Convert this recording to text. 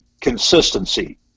consistency